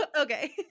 Okay